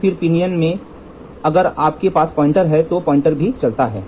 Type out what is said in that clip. तो पिनियन में अगर आपके पास पॉइंटर है तो पॉइंटर भी चलता है